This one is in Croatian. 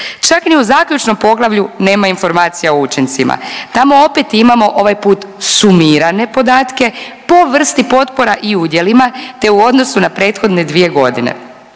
Čak ni u zaključnom poglavlju nema informacija o učincima. Tamo opet imamo ovaj put sumirane podatke, po vrsti potpora i udjelima te u odnosu na prethodne dvije godine.